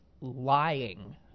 lying